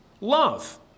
love